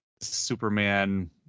superman